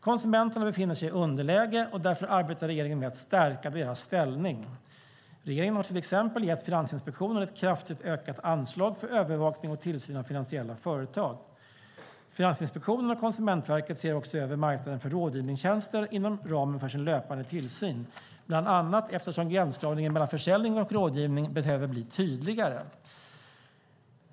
Konsumenterna befinner sig i ett underläge, och därför arbetar regeringen med att stärka deras ställning. Regeringen har till exempel gett Finansinspektionen ett kraftigt ökat anslag för övervakning och tillsyn av finansiella företag. Finansinspektionen och Konsumentverket ser också över marknaden för rådgivningstjänster inom ramen för sin löpande tillsyn, bland annat eftersom gränsdragningen mellan försäljning och rådgivning behöver bli tydligare.